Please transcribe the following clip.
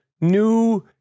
New